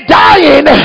dying